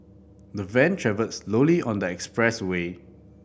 the van travelled slowly on the expressway